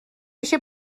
eisiau